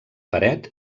paret